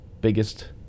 biggest